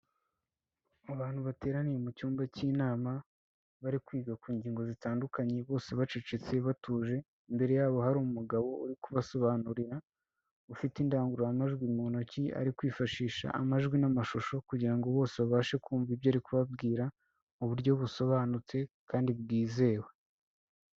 Abantu bateraniye mu cyumba cy'inama, bari kwiga ku ngingo zitandukanye bose bacecetse batuje, imbere yabo hari umugabo uri kubasobanurira ufite indangururamajwi mu ntoki ari kwifashisha amajwi n'amashusho kugira bose babashe kumva ibyo ari kubabwira mu buryo busobanutse kandi bwizewe.